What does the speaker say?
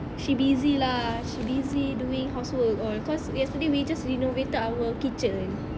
she busy lah she busy doing housework all cause yesterday we just renovated our kitchen